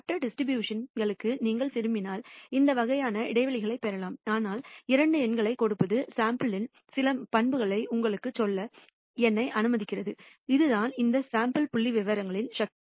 மற்ற டிஸ்ட்ரிபியூஷன் களுக்கு நீங்கள் விரும்பினால் இந்த வகையான இடைவெளிகளைப் பெறலாம் ஆனால் இரண்டு எண்களைக் கொடுப்பது சாம்பிள் இன் சில பண்புகளை உங்களுக்குச் சொல்ல என்னை அனுமதிக்கிறது அதுதான் இந்த சாம்பிள் புள்ளிவிவரங்களின் சக்தி